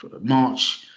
March